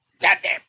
goddamn